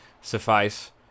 suffice